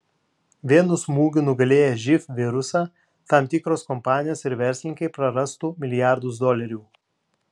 vienu smūgiu nugalėję živ virusą tam tikros kompanijos ir verslininkai prarastų milijardus dolerių